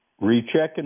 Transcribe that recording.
rechecking